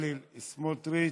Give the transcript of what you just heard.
בצלאל סמוטריץ.